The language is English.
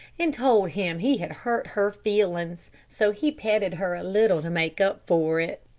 and told him he had hurt her feelings, so he petted her a little to make up for it.